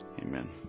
Amen